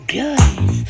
guys